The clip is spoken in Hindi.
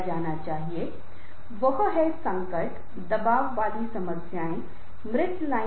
अगर मैं बहुत तेज बोलूं तो कोई भी इसका मतलब समझ नहीं पाएगा